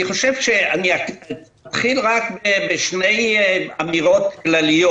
אני אתחיל בשתי אמירות כלליות.